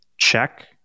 check